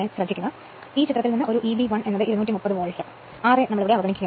അതിനാൽ ചിത്രത്തിൽ നിന്ന് ഒരു Eb 1 230 വോൾട്ട് ra അവഗണിക്കപ്പെടുന്നു